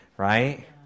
Right